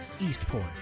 Eastport